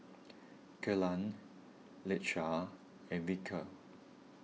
Kellan Lakesha and Vickey